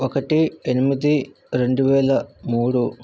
ఒకటి ఎనిమిది రెండువేల మూడు